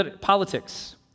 politics